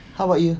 how about you